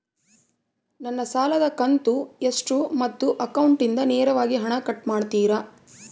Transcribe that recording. ನನ್ನ ಸಾಲದ ಕಂತು ಎಷ್ಟು ಮತ್ತು ಅಕೌಂಟಿಂದ ನೇರವಾಗಿ ಹಣ ಕಟ್ ಮಾಡ್ತಿರಾ?